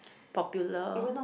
popular